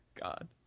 God